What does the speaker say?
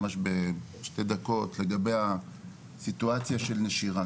ממש בשתי דקות לגבי הסיטואציה של נשירה.